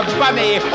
bunny